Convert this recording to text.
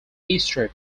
eastern